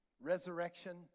resurrection